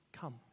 come